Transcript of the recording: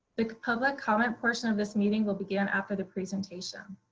the public comment portion of this meeting will begin after the presentation.